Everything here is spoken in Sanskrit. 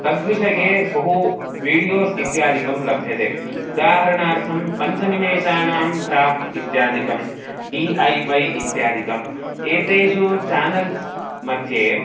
तद्विषये बहु वीडियोस् इत्यादिकं लभ्यते उदाहरणार्थं पञ्चनिमेषाणां क्राफ़्ट् इत्यादिकं डी ऐ वै इत्यादिकम् एतेषु चानल्स् मध्ये